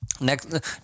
next